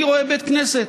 אני רואה בית כנסת,